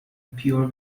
pure